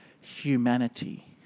humanity